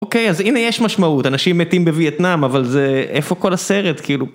אוקיי, אז הנה יש משמעות, אנשים מתים בווייטנאם, אבל זה... איפה כל הסרט, כאילו?